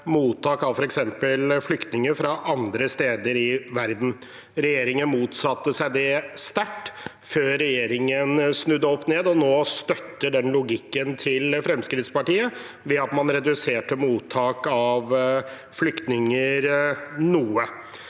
mottak av f.eks. flyktninger fra andre steder i verden. Regjeringen motsatte seg det sterkt før den snudde opp ned og nå støtter den logikken til Fremskrittspartiet, ved at man reduserte mottak av flyktninger noe.